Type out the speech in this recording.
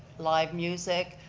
live music,